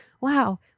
wow